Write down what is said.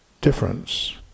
difference